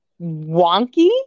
wonky